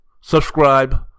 subscribe